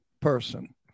person